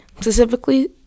specifically